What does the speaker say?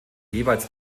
jeweils